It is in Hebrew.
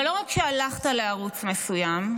אבל לא רק שהלכת לערוץ מסוים,